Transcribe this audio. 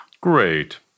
Great